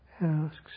asks